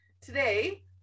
today